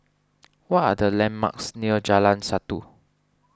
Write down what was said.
what are the landmarks near Jalan Satu